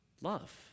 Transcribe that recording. Love